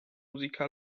música